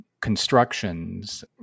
constructions